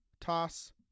toss